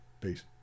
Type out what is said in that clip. Peace